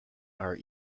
are